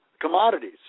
commodities